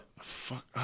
fuck